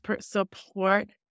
support